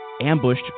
ambushed